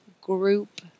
group